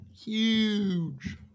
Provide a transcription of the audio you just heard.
huge